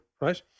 right